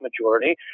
majority